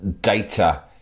data